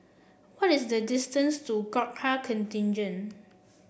what is the distance to Gurkha Contingent